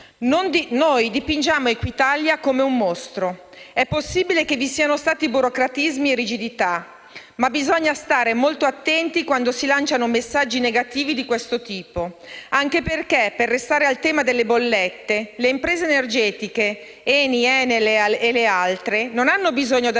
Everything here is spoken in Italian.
Noi dipingiamo Equitalia come un mostro. È possibile che vi siano stati burocratismi e rigidità, ma bisogna stare molto attenti quando si lanciano messaggi negativi di questo tipo, anche perché, per restare al tema delle bollette, le imprese energetiche (ENI, ENEL e le altre) non hanno bisogno della